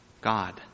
God